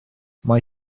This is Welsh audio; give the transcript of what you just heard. mae